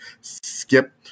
skip